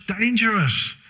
dangerous